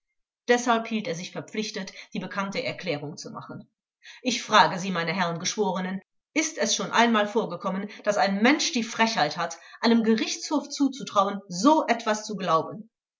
deshalb hielt er sich verpflichtet die bekannte erklärung zu machen ich frage sie meine herren geschworenen ist es schon einmal vorgekommen daß ein mensch die frechheit hat einem gerichtshof zuzutrauen so etwas zu glauben